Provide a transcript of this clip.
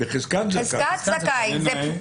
בחזקת זכאי.